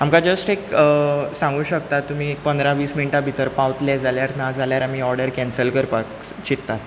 आमकां जस्ट एक सांगूंक शकता तुमी पंदरा वीस मिण्टां भितर पावतले जाल्यार नाजाल्यार आमी ऑर्डर कॅन्सल करपाक सो चिंततात